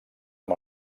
amb